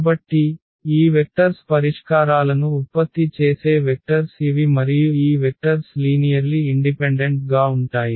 కాబట్టి ఈ వెక్టర్స్ పరిష్కారాలను ఉత్పత్తి చేసే వెక్టర్స్ ఇవి మరియు ఈ వెక్టర్స్ లీనియర్లి ఇండిపెండెంట్ గా ఉంటాయి